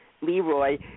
Leroy